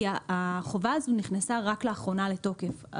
כי החובה הזו נכנסה רק לאחרונה לתוקף,